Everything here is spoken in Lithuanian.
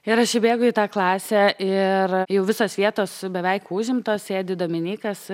ir aš įbėgau į tą klasę ir jau visos vietos beveik užimtos sėdi dominykas